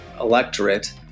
electorate